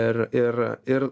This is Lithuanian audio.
ir ir ir